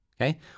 Okay